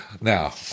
Now